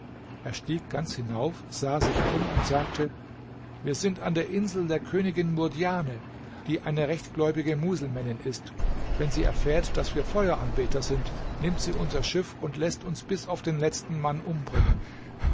er stieg ganz hinauf sah sich um und sagte wir sind an der insel der königin murdjane die eine rechtgläubige muselmännin ist wenn sie erfährt daß wir feueranbeter sind nimmt sie unser schiff und läßt uns bis auf den letzten mann umbringen